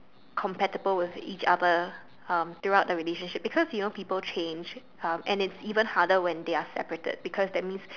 compatible with each other um throughout the relationship because you know people change um and it's even harder when they are separated because that means